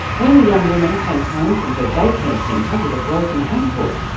when the young woman came home from her day care centre with a broken ankle,